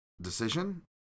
decision